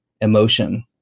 emotion